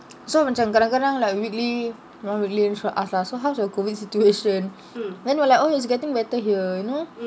so macam kadang-kadang like weekly she will ask us lah so how's your COVID situation when we're like oh it's getting better here you know